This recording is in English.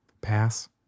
pass